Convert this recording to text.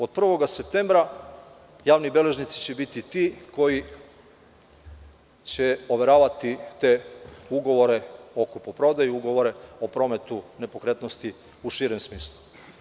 Od 1. septembra javni beležnici će biti ti koji će overavati te ugovore o kupoprodaji, ugovore o prometu nepokretnosti u širem smislu.